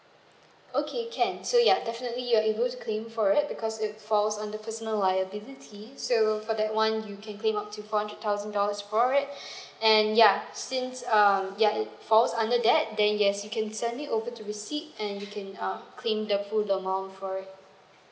okay can so yeah definitely you are able to claim for it because it falls under personal liability so for that one you can claim up to four thousand dollars for it and ya since um ya it falls under that then yes you can send me over the receipt and you can um claim the full amount for it